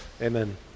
Amen